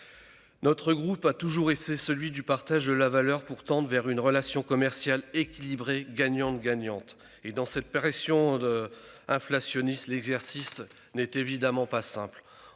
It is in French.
Notre groupe a toujours défendu le partage de la valeur pour tendre vers une relation commerciale équilibrée, gagnant-gagnant. Avec la pression inflationniste actuelle, l'exercice n'est évidemment pas simple.